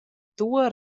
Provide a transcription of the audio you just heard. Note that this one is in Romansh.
tuor